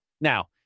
Now